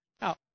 Now